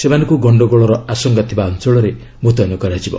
ସେମାନଙ୍କୁ ଗଣ୍ଡଗୋଳର ଆଶଙ୍କା ଥିବା ଅଞ୍ଚଳରେ ମୁତ୍ୟନ କରାଯିବ